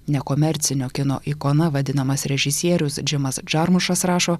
nekomercinio kino ikona vadinamas režisierius džimas džarmušas rašo